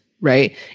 right